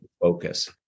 focus